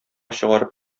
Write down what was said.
чыгарып